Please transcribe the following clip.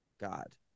God